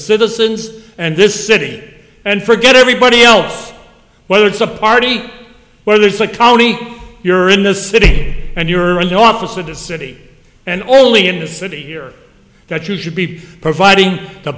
citizens and this city and forget everybody else whether it's a party where there's a county you're in the city and you're an officer to city and only in the city here that you should be providing the